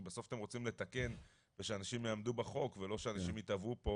כי בסוף אתם רוצים לתקן ושאנשים יעמדו בחוק ולא שאנשים ייתבעו פה